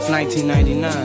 1999